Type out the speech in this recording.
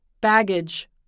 baggage